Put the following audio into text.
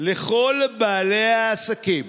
לכל בעלי העסקים